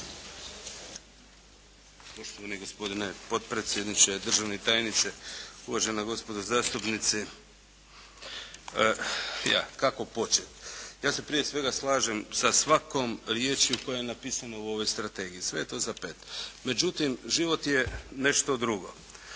Međutim život je nešto drugo.